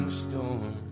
storm